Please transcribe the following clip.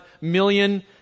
million